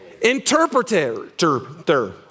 interpreter